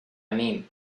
mean